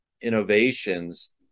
innovations